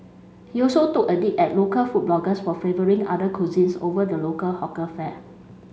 he also took a dig at local food bloggers for favouring other cuisines over the local hawker fare